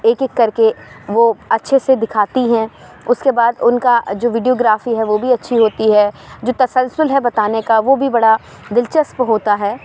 ایک ایک کر کے وہ اچھے سے دکھاتی ہیں اس کے بعد ان کا جو ویڈیوگرافی ہے وہ بھی اچھی ہوتی ہے جو تسلسل ہے بتانے کا وہ بھی بڑا دلچسپ ہوتا ہے